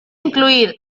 incluir